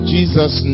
Jesus